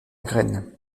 graines